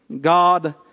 God